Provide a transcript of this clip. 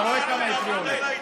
אתה רואה כמה הם הפריעו לי.